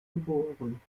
geboren